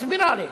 מסבירה לי,